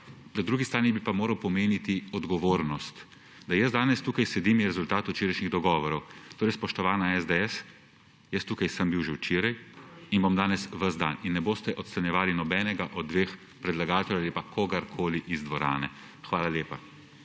drugi strani bi pa moral pomeniti odgovornost. Da jaz danes tukaj sedim, je rezultat včerajšnjih dogovorov. Torej spoštovan SDS, jaz sem bil tukaj že včeraj in bom danes ves dan in ne boste odstranjevali nobenega od dveh predlagateljev ali pa kogarkoli iz dvorane. Hvala lepa.